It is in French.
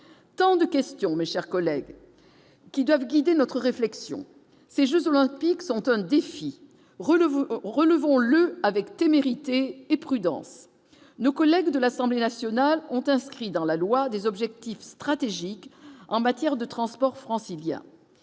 tant de questions, mes chers collègues, qui doivent guider notre réflexion ces Jeux olympiques sont un défi relevé relevons-le avec témérité et prudence, nos collègues de l'Assemblée nationale ont inscrit dans la loi des objectifs stratégiques en matière de transports franciliens